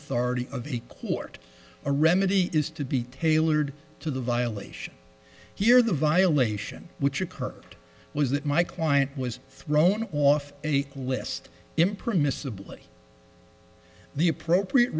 authority of a court a remedy is to be tailored to the violation here the violation which occurred was that my client was thrown off a list impermissibly the appropriate